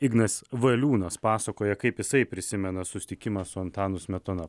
ignas valiūnas pasakoja kaip jisai prisimena susitikimą su antanu smetona